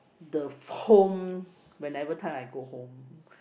the f~ home whenever time I go home